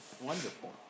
Wonderful